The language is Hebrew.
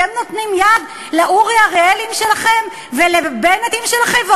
אתם נותנים יד לאורי אריאלים שלכם ולבנטים שלכם,